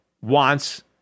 wants